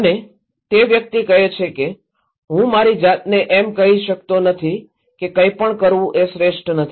અને તે વ્યક્તિ કહે છે કે હું મારી જાતને એમ કહી શકતો નથી કે કંઇપણ કરવું એ શ્રેષ્ઠ નથી